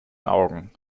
augen